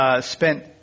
spent